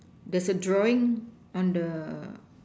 there's a drawing on the